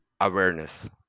awareness